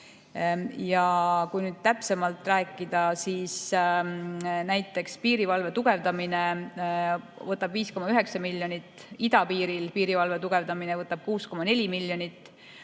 Ja kui nüüd täpsemalt rääkida, siis näiteks piirivalve tugevdamine võtab 5,9 miljonit, idapiiril piirivalve tugevdamine võtab 6,4 miljonit,